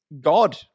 god